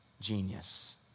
genius